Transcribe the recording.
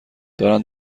دارن